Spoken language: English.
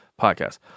podcast